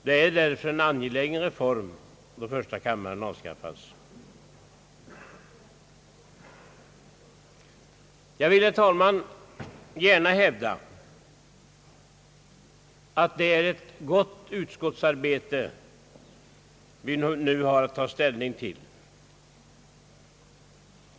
Det är därför en angelägen reform då första kammaren avskaffas. Jag vill, herr talman, gärna hävda att det är ett gott utskottsarbete vi nu har att ta ställning till.